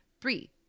three